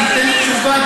אני אתן תשובה,